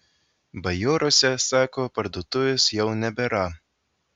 bajoruose sako parduotuvės jau nebėra